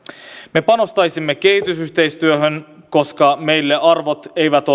me panostaisimme kehitysyhteistyöhön koska meille arvot eivät